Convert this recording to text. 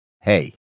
Hey